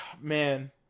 man